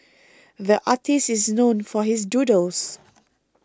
the artist is known for his doodles